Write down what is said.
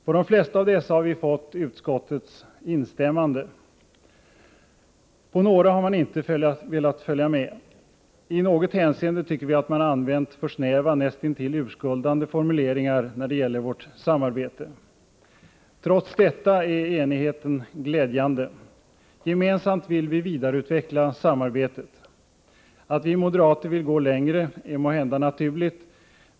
På de flesta av dessa har vi fått utskottets instämmande. På några har man inte velat följa med. I något hänseende tycker vi att man använt för snäva, näst intill urskuldande formuleringar när det gäller vårt samarbete. Trots detta är enigheten glädjande. Gemensamt vill vi vidareutveckla samarbetet. Att vi moderater vill gå längre är måhända naturligt.